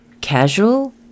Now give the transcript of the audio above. casual